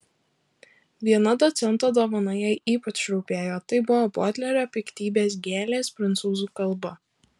viena docento dovana jai ypač rūpėjo tai buvo bodlero piktybės gėlės prancūzų kalba